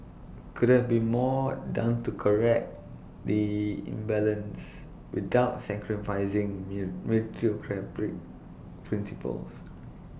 could have been more done to correct the imbalance without sacrificing mill meritocratic principles